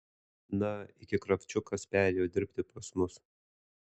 na iki kravčiukas perėjo dirbti pas mus